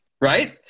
right